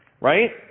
Right